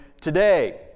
today